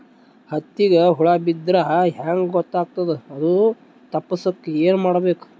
ಹತ್ತಿಗ ಹುಳ ಬಿದ್ದ್ರಾ ಹೆಂಗ್ ಗೊತ್ತಾಗ್ತದ ಅದು ತಪ್ಪಸಕ್ಕ್ ಏನ್ ಮಾಡಬೇಕು?